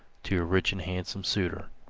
to a rich and handsome suitor